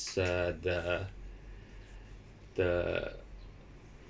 uh the the